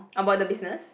about the business